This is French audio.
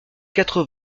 quatres